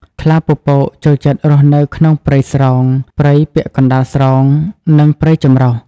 ខ្លាពពកចូលចិត្តរស់នៅក្នុងព្រៃស្រោង ព្រៃពាក់កណ្តាលស្រោង និងព្រៃចម្រុះ។